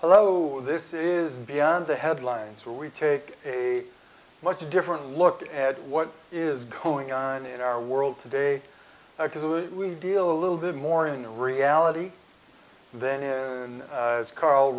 hello this is beyond the headlines where we take a much different look at what is going on in our world today because we deal little bit more in the reality then here karl